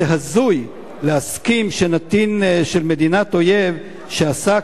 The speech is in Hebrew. זה הזוי להסכים שנתין של מדינת אויב שעסק,